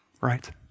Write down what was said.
right